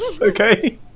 okay